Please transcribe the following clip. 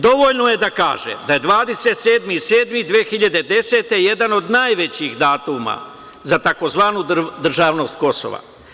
Dovoljno je da se kaže da je 27.07.2010. godine jedan od najvećih datuma za takozvanu državnost Kosova.